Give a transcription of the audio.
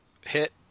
hit